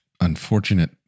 unfortunate